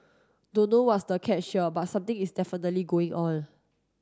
don't know what's the catch here but something is definitely going on